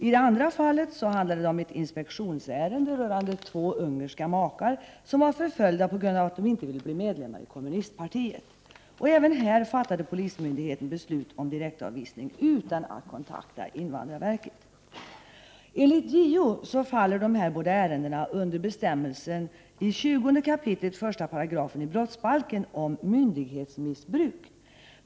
I det andra fallet handlade det om ett inspektionsärende rörande två ungerska makar som var förföljda på grund av att de inte ville bli medlemmar i kommunistpartiet. Även här fattade polismyndigheten beslut om direktavvisning utan att kontakta invandrarverket. Enligt JO faller båda ärendena under bestämmelsen i 20 kap. 1§ brottsbalken om myndighetsmissbruk.